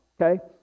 okay